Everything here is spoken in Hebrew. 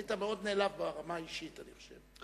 היית מאוד נעלב ברמה האישית, אני חושב.